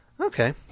okay